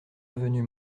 avenue